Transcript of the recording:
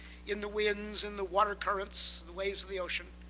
in the winds, in the water currents, the waves of the ocean.